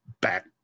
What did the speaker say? back